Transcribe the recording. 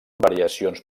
variacions